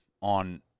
on